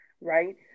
right